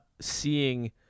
seeing